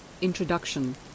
Introduction